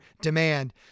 Demand